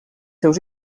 seus